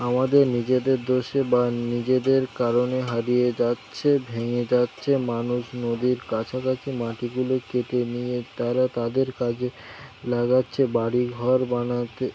আমাদের নিজেদের দোষে বা নিজেদের কারণে হারিয়ে যাচ্ছে ভেঙে যাচ্ছে মানুষ নদীর কাছাকাছি মাটিগুলো কেটে নিয়ে তারা তাদের কাজে লাগাচ্ছে বাড়ি ঘর বানাতে